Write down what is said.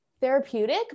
therapeutic